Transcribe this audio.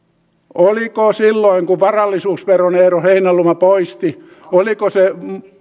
oliko silloin kun varallisuusveron eero heinäluoma poisti oliko se